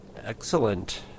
Excellent